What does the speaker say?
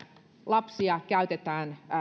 lapsia käytetään